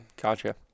Gotcha